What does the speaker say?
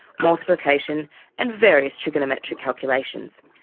multiplication and various trigonometric calculations.